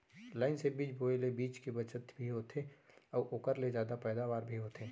line से बीज बोए ले बीच के बचत भी होथे अउ ओकर ले जादा पैदावार भी होथे